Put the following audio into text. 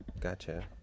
gotcha